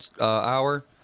hour